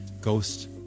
ghost